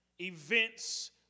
events